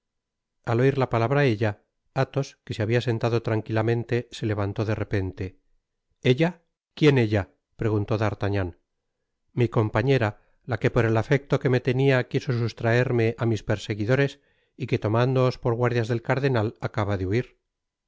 al oir la palabra ella athos que se habia senta lo tranquilamente se levantó de repente hila quien ella preguntó d'artagnan mi compañera la que por el afecto que me tenia quiso sustraerme á mis perseguidores y que tomándoos por guardias del cardenal acaba de huir